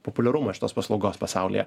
populiarumą iš tos paslaugos pasaulyje